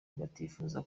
batifuza